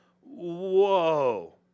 whoa